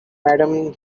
madam